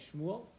Shmuel